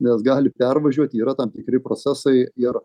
nes gali pervažiuoti yra tam tikri procesai ir